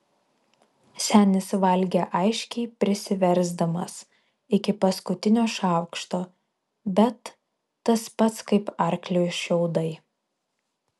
senis valgė aiškiai prisiversdamas iki paskutinio šaukšto bet tas pats kaip arkliui šiaudai